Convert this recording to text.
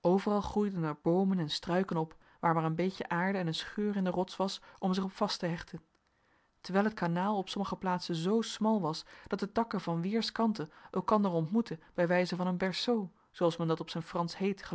overal groeiden er boomen en struiken op waar maar een beetje aarde en een scheur in de rots was om zich op vast te hechten terwijl het kanaal op sommige plaatsen zoo smal was dat de takken van weerskanten elkander ontmoetten bijwijze van een berceau zoo als men dat op zijn fransch